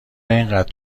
اینقدر